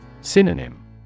Synonym